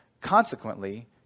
Consequently